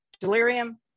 delirium